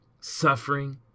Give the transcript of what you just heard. Suffering